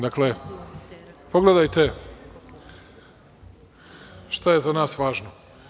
Dakle, pogledajte šta je za nas važno.